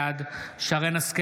בעד שרן מרים השכל,